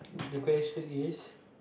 the question is